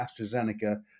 AstraZeneca